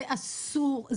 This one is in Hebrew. זה אסור.